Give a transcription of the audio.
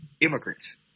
immigrants